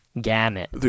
gamut